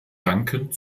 dankend